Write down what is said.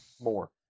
more